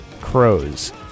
Crows